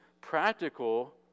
practical